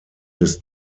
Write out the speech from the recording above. des